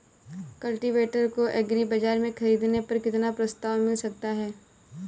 Cultivator को agri बाजार से ख़रीदने पर कितना प्रस्ताव मिल सकता है?